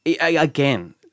again